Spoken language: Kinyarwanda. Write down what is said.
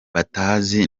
batazi